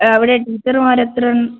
അവിടെ ടീച്ചർമാർ എത്രയുണ്ട്